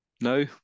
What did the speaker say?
No